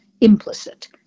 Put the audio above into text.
implicit